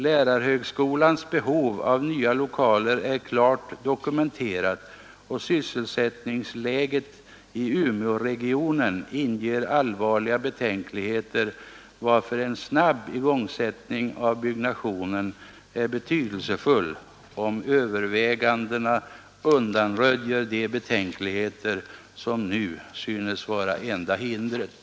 Lärarhögskolans behov av nya lokaler är klart dokumenterat, och sysselsättningsläget i Umeåregionen inger allvarliga betänkligheter, varför en snabb igångsättning av byggnationen är betydelsefull, om övervägandena undanröjer de betänkligheter som nu synes vara enda hindret.